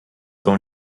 dans